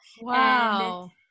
Wow